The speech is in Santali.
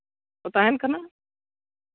ᱛᱟᱦᱮᱱ ᱠᱟᱱᱟ